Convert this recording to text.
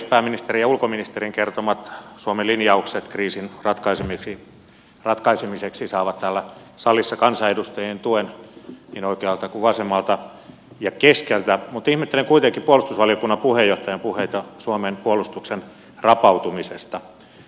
pääministerin ja ulkoministerin kertomat suomen linjaukset kriisin ratkaisemiseksi saavat täällä salissa kansanedustajien tuen niin oikealta kuin vasemmalta ja keskeltä mutta ihmettelen kuitenkin puolustusvaliokunnan puheenjohtajan puheita suomen puolustuksen rapautumisesta